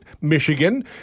Michigan